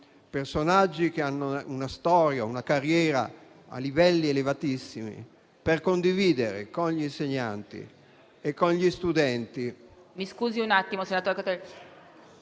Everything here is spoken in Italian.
personaggi che hanno una storia e una carriera a livelli elevatissimi per condividere con gli insegnanti e con gli studenti...